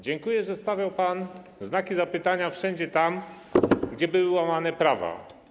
Dziękuję, że stawiał pan znaki zapytania wszędzie tam, gdzie były łamane prawa.